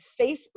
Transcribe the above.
facebook